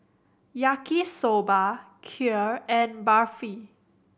Yaki Soba Kheer and Barfi